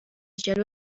جلو